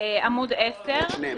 את שניהם.